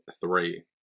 three